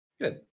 good